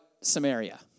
Samaria